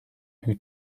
who